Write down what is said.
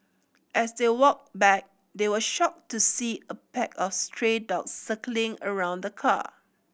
as they walked back they were shocked to see a pack of stray dogs circling around the car